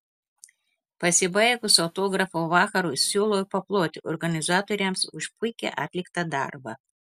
pasibaigus autografų vakarui siūlau paploti organizatoriams už puikiai atliktą darbą